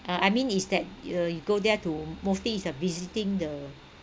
ah I mean is that uh you go there to motive is uh visiting the